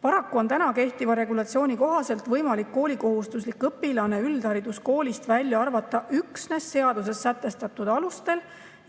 Paraku on kehtiva regulatsiooni kohaselt võimalik koolikohustuslik õpilane üldhariduskoolist välja arvata üksnes seaduses sätestatud alustel.